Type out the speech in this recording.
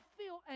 feel